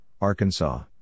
Arkansas